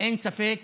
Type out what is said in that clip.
אין ספק